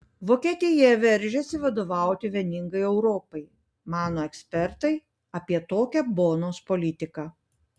vokietija veržiasi vadovauti vieningai europai mano ekspertai apie tokią bonos politiką